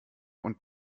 und